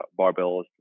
barbells